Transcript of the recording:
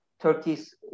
Turkey's